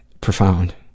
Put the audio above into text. profound